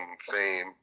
fame